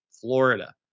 Florida